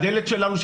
הדלת שלנו,